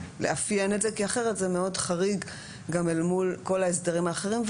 ולאפיין את זה כי אחרת זה מאוד חריג גם אל מול כל ההסדרים האחרים,